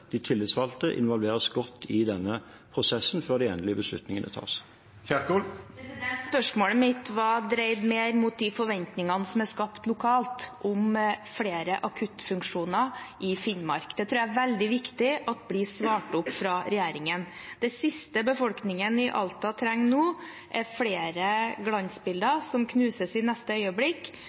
de tillitsvalgte skal selvfølgelig involveres godt i denne prosessen før de endelige beslutningene tas. Spørsmålet mitt var dreid mer mot de forventningene som er skapt lokalt, om flere akuttfunksjoner i Finnmark. Det tror jeg er veldig viktig blir svart opp fra regjeringen. Det siste befolkningen i Alta trenger nå, er flere glansbilder som knuses i neste øyeblikk,